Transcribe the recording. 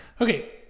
Okay